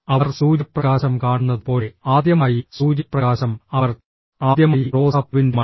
അവർ സൂര്യപ്രകാശം കാണുന്നത് പോലെ ആദ്യമായി സൂര്യപ്രകാശം അവർ ആദ്യമായി റോസാപ്പൂവിന്റെ മണം